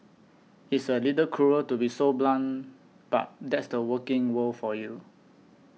it's a little cruel to be so blunt but that's the working world for you